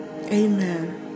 Amen